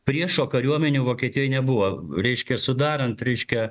priešo kariuomenių vokietijoj nebuvo reiškia sudarant reiškia